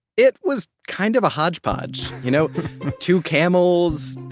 it was kind of a hodgepodge, you know two camels,